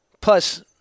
Plus